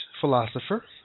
philosopher